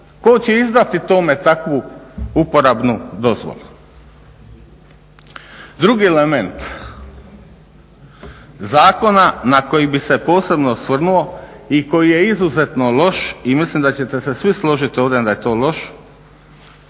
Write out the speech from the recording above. Tko će izdati tome takvu uporabnu dozvolu? Drugi element zakona na koji bih se posebno osvrnuo i koji je izuzetno loš i mislim da ćete se svi složiti ovdje da je to loše